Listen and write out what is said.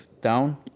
down